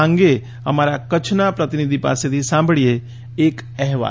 આ અંગે અમારા કચ્છના પ્રતિનિધિ પાસેથી સાંભળીએ એક અહેવાલ